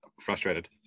frustrated